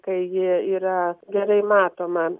kai ji yra gerai matoma